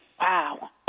Wow